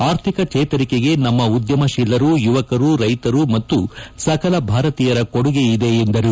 ಆರ್ಥಿಕ ಜೇತರಿಕೆಗೆ ನಮ್ನ ಉದ್ಯಮತೀಲರು ಯುವಕರು ರೈತರು ಮತ್ತು ಸಕಲ ಭಾರತೀಯರ ಕೊಡುಗೆಯಿದೆ ಎಂದರು